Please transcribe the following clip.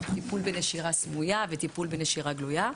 טיפול בנשירה סמויה וטיפול בנשירה גלויה.